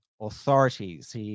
authorities